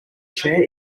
chair